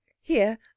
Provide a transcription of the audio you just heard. Here